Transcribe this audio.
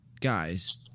guys